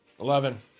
Eleven